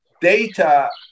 data